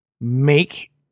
make